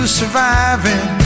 surviving